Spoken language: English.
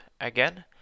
Again